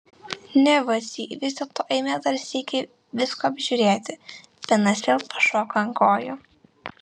ne vacy vis dėlto eime dar sykį visko apžiūrėti benas vėl pašoko ant kojų